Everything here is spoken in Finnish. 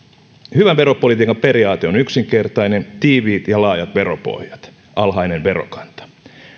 hyvän veropolitiikan periaate on yksinkertainen tiiviit ja laajat veropohjat alhainen verokanta